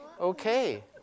Okay